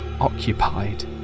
occupied